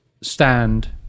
stand